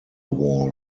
wall